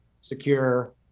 secure